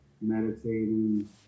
meditating